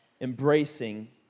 embracing